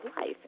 life